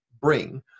bring